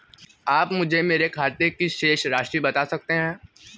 आप मुझे मेरे खाते की शेष राशि बता सकते हैं?